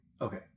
Okay